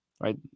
right